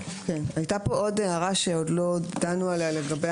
הייתה כאן עוד הערה שעוד לא דנו עליה לגבי